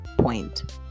point